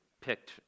picked